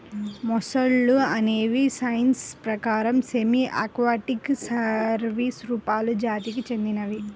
మొసళ్ళు అనేవి సైన్స్ ప్రకారం సెమీ ఆక్వాటిక్ సరీసృపాలు జాతికి చెందినవి